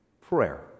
Prayer